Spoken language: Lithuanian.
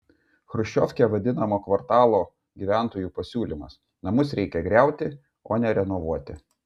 chruščiovke vadinamo kvartalo gyventojų pasiūlymas namus reikia griauti o ne renovuoti